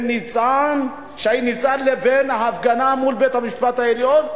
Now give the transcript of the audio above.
שי ניצן לבין ההפגנה מול בית-המשפט העליון,